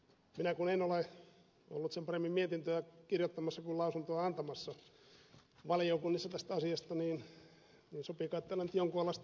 minä kun en ole ollut sen paremmin mietintöä kirjoittamassa kuin lausuntoa antamassa valiokunnissa tästä asiasta niin sopii kai täällä nyt jonkun olla sitten vähän kyyninenkin